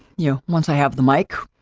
you know, once i have the mic,